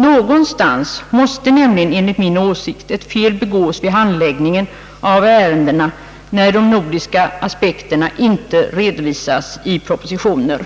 Någonstans måste nämligen enligt min åsikt ett fel begås vid handläggningen av ärendena när de nordiska aspekterna inte redovisas i propositionerna,